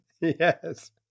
Yes